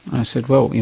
i said, well, you